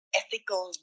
ethical